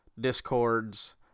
Discords